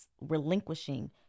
relinquishing